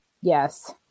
yes